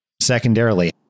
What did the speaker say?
secondarily